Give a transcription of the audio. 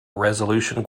resolution